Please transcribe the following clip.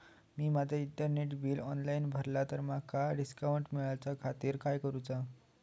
मी माजा इंटरनेटचा bill online भरला तर माका डिस्काउंट मिलाच्या खातीर काय करुचा?